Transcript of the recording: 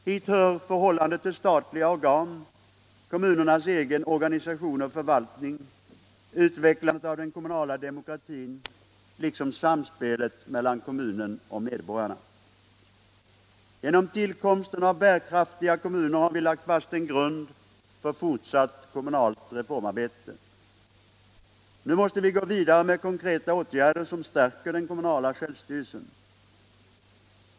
Hit hör förhållandet till statliga organ, kommunernas egen organisation och förvaltning, utvecklandet av den kommunala demokratin liksom samspelet mellan kommunen och medborgarna. Genom tillkomsten av bärkraftiga kommuner har vi lagt en fast grund för fortsatt kommunalt reformarbete. Nu måste vi gå vidare med konkreta åtgärder som stärker den kommunala självstyrelsen.